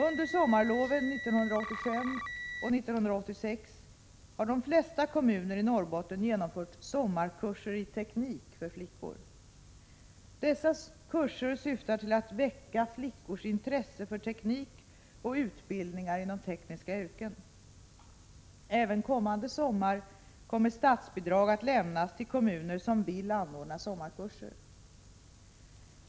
Under sommarloven 1985 och 1986 har de flesta kommuner i Norrbotten genomfört sommarkurser i teknik för flickor. Dessa kurser syftar till att väcka flickors intresse för teknik och utbildningar inom tekniska yrken. Även kommande sommar kommer statsbidrag att lämnas till kommuner som vill anordna sommarkurser.